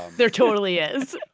there totally is